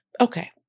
okay